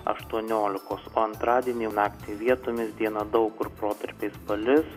aštuoniolikos o antradienį naktį vietomis dieną daug kur protarpiais palis